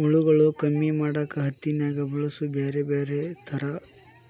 ಹುಳುಗಳು ಕಮ್ಮಿ ಮಾಡಾಕ ಹತ್ತಿನ್ಯಾಗ ಬಳಸು ಬ್ಯಾರೆ ಬ್ಯಾರೆ ತರಾ